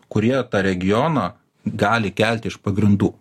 kurie tą regioną gali kelti iš pagrindų